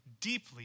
deeply